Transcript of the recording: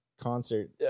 concert